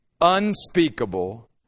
unspeakable